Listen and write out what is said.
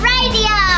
Radio